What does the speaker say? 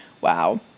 Wow